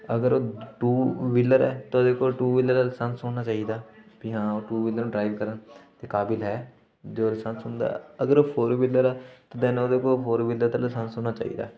ਅਗਰ two wheeler ਹੈ ਤਾਂ ਉਹਦੇ ਕੋਲ ਟੂ ਵੀਹਲਰ ਦਾ ਲਸੈਂਸ ਹੋਣਾ ਚਾਹੀਦਾ ਵੀ ਹਾਂ ਟੂ ਵੀਹਲਰ ਡਰਾਈਵ ਕਰਨ ਦੇ ਕਾਬਿਲ ਹੈ ਜੋ ਲਸੈਂਸ ਹੁੰਦਾ ਅਗਰ ਉਹ ਫੋਰ ਵੀਹਲਰ ਹੈ ਦੈਨ ਉਹਦੇ ਕੋਲ ਫੋਰ ਵੀਹਲਰ ਦਾ ਲਸੈਂਸ ਹੋਣਾ ਚਾਹੀਦਾ